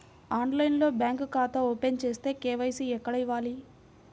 ఆన్లైన్లో బ్యాంకు ఖాతా ఓపెన్ చేస్తే, కే.వై.సి ఎక్కడ ఇవ్వాలి?